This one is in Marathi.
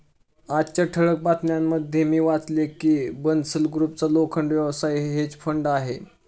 आजच्या ठळक बातम्यांमध्ये मी वाचले की बन्सल ग्रुपचा लोखंड व्यवसायात हेज फंड आहे